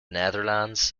netherlands